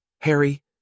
Harry